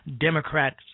Democrats